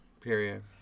period